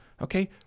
Okay